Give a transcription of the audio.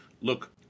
Look